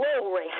glory